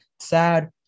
sad